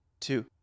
two